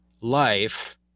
life